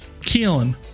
keelan